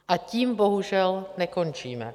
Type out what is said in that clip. A tím bohužel nekončíme.